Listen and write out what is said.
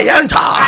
enter